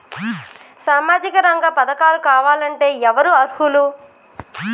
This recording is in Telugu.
సామాజిక రంగ పథకాలు కావాలంటే ఎవరు అర్హులు?